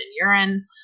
urine